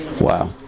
Wow